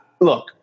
look